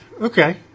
Okay